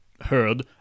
heard